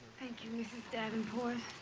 thank you, mrs. davenport.